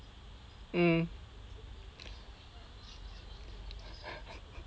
mm